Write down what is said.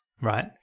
Right